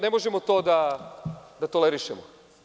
Ne možemo to da tolerišemo.